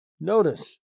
Notice